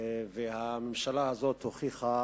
והממשלה הזאת הוכיחה